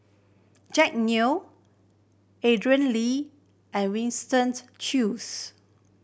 Jack Neo Andrew Lee and Winstoned Choos